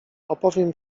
opowiem